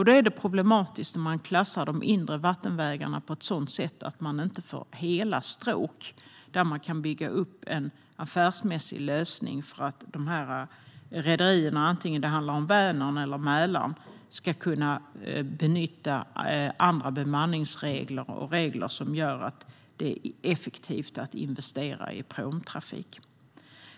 Då är det problematiskt när man klassar de inre vattenvägarna på ett sådant sätt att man inte får hela stråk där man kan bygga upp en affärsmässig lösning för att rederierna, antingen det handlar om Vänern eller Mälaren, ska kunna nyttja andra bemanningsregler och regler som gör att det är effektivt att investera i pråmtrafik.